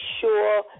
sure